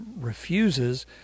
refuses